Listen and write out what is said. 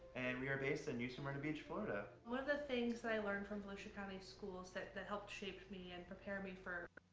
and we're based in new smyrna beach, florida. one and thing i learned from volusia county schools that that helped shape me and prepare me for